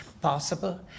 possible